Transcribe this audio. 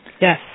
Yes